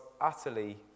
utterly